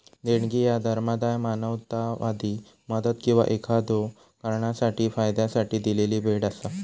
देणगी ह्या धर्मादाय, मानवतावादी मदत किंवा एखाद्यो कारणासाठी फायद्यासाठी दिलेली भेट असा